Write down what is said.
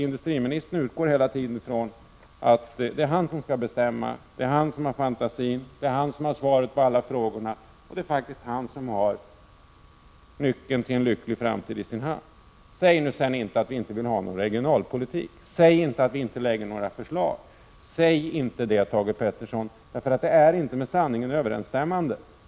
Industriministern utgår hela tiden från att det är han som skall bestämma, det är han som har fantasin och svaret på alla frågor och nyckeln till en lycklig framtid i sin hand. Säg inte att vi inte vill ha någon regionalpolitik. Säg inte att vi inte framlägger några förslag. Säg inte det, industriministern. Det är inte med sanningen överensstämmande.